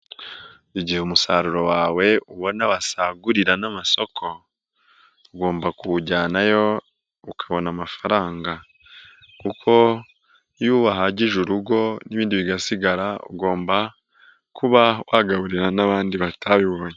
Igihe umusaruro wawe ubona wasagurira n'amasoko ugomba kuwujyanayo ukabona amafaranga kuko iyo wahagije urugo n'ibindi bigasigara ugomba kuba wagaburira n'abandi batabibonye.